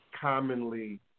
commonly